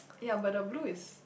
ya but the blue is